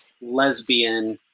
lesbian